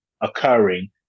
occurring